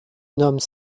nomment